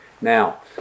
Now